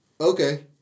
Okay